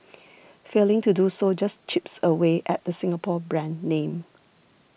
failing to do so just chips away at the Singapore brand name